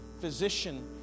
physician